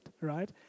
right